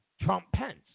Trump-Pence